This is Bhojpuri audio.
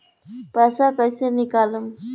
पैसा कैसे निकालम?